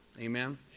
Amen